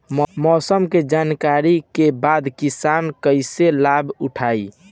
मौसम के जानकरी के बाद किसान कैसे लाभ उठाएं?